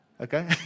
okay